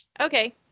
Okay